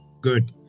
Good